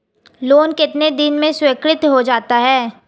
Loan कितने दिन में स्वीकृत हो जाता है?